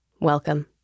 Welcome